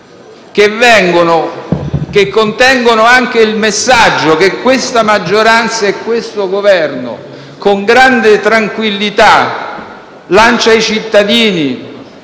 chiari, che contengono anche il messaggio che questa maggioranza e questo Governo, con grande tranquillità, lanciano ai cittadini